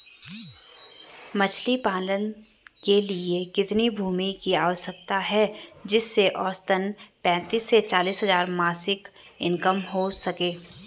मछली पालन के लिए कितनी भूमि की आवश्यकता है जिससे औसतन पैंतीस से चालीस हज़ार मासिक इनकम हो सके?